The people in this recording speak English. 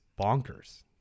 bonkers